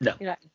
No